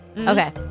Okay